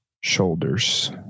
shoulders